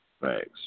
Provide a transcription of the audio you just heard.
Thanks